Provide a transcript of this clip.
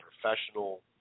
professional